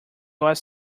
was